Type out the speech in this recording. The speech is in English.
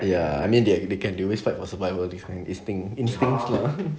ya I mean they they can do always fight for survival defining this thing in nature